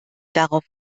darauf